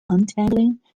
untangling